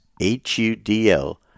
h-u-d-l